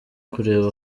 kureba